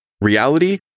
Reality